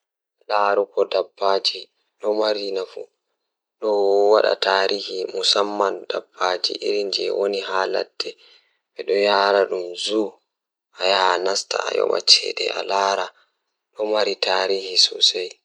Ko woni teddungal, sabu ko hoore ɓe njifti nguurndam ngal. Ko fiyaangu e nguurndam ngal sabu sabu ɓe njifti teddungal ngal, kono kadi woni ndiyam sabu ɓe waawi jaɓɓude jengɗe e njifti jengɗe ngal.